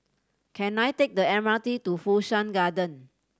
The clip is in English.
can I take the M R T to Fu Shan Garden